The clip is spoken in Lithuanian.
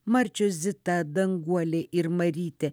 marčios zita danguolė ir marytė